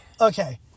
Okay